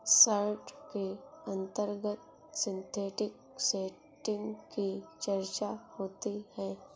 short के अंतर्गत synthetic setting की चर्चा होती है